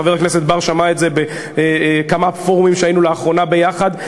חבר הכנסת בר שמע את זה בכמה פורומים שהיינו בהם לאחרונה ביחד,